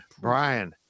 Brian